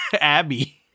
Abby